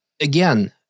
again